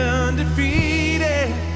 undefeated